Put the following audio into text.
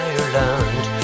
Ireland